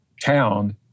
town